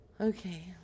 Okay